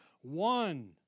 one